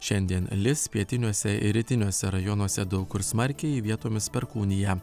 šiandien lis pietiniuose ir rytiniuose rajonuose daug kur smarkiai vietomis perkūnija